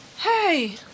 Hey